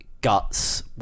guts